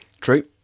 True